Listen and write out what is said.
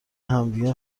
همدیگر